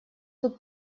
тут